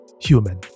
human